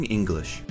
English